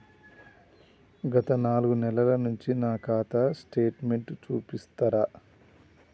గత నాలుగు నెలల నుంచి నా ఖాతా స్టేట్మెంట్ చూపిస్తరా?